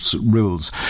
rules